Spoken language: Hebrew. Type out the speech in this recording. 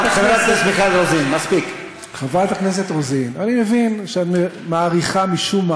יושב-ראש הכנסת, אנחנו מפריעים לו?